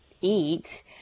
eat